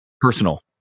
personal